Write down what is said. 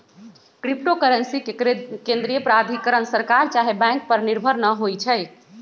crypto currency के केंद्रीय प्राधिकरण सरकार चाहे बैंक पर निर्भर न होइ छइ